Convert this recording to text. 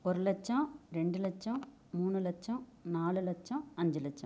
ஒரு லட்சம் ரெண்டு லட்சம் மூணு லட்சம் நாலு லட்சம் அஞ்சு லட்சம்